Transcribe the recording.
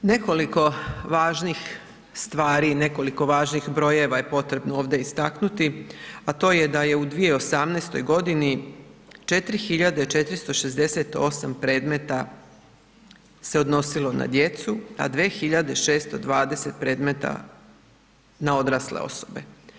Nekoliko važnih stvari i nekoliko važnih brojeva je potrebno ovdje istaknuti, a to je da je u 2018. godini 4.468 predmeta se odnosilo na djecu, a 2.620 predmeta na odrasle osobe.